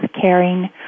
caring